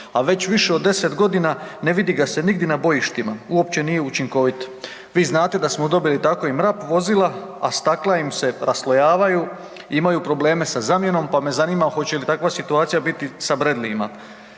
al već više od 10 godina ne vidi ga se nigdje na bojištima uopće nije učinkovit. Vi znate da smo dobili tako i MRAP vozila, a stakla im se raslojavaju imaju probleme sa zamjenom pa me zanima hoće li takva situacija biti sa Bradley-ima.